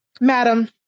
Madam